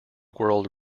world